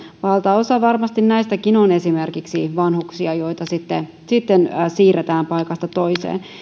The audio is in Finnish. valtaosa näistäkin on esimerkiksi vanhuksia joita sitten siirretään paikasta toiseen